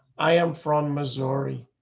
i am from missouri.